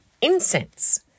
Incense